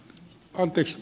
kiitos